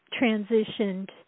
transitioned